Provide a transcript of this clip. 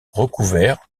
recouvert